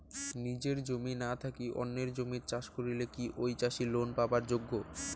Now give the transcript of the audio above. নিজের জমি না থাকি অন্যের জমিত চাষ করিলে কি ঐ চাষী লোন পাবার যোগ্য?